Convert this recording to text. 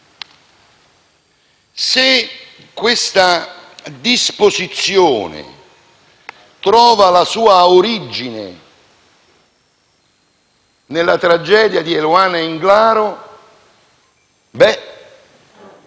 Se questa disposizione trova la sua origine nella tragedia di Eluana Englaro, se